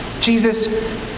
Jesus